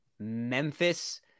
Memphis